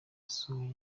yasohoye